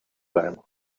them